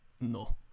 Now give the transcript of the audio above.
no